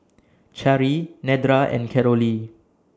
Cari Nedra and Carolee